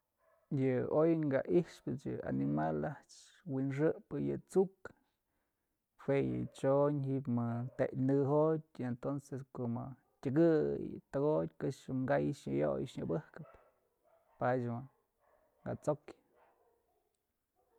Yeë oy ka i'ipëch yë animal a'ax wi'inxëjpë yë t'suk jue yë chyon ji'ib ma yë tek nëjën jotyë entonces ko'o mëjk tyëkëy tëkotyë këxë kay nyëyoy nyëbëjkëp päch mëjk ka t'sokyë.